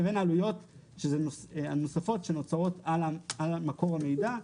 לבין העלויות הנוספות שנוצרות על מקור המידע.